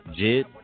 Jid